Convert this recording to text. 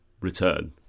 return